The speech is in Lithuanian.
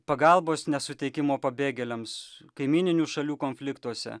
pagalbos nesuteikimo pabėgėliams kaimyninių šalių konfliktuose